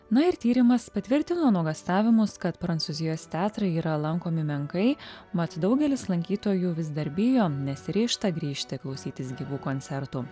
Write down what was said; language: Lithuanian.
na ir tyrimas patvirtino nuogąstavimus kad prancūzijos teatrai yra lankomi menkai mat daugelis lankytojų vis dar bijo nesiryžta grįžti klausytis gyvų koncertų